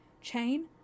Chain